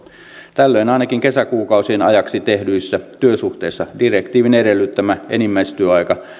tällöin ainakin kesäkuukausien ajaksi tehdyissä työsuhteissa direktiivin edellyttämä enimmäistyöaika